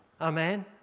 Amen